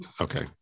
okay